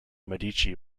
medici